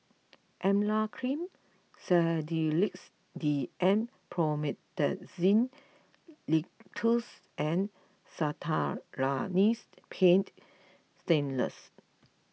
Emla Cream Sedilix D M Promethazine Linctus and Castellani's Paint Stainless